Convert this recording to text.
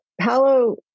Palo